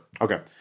Okay